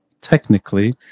technically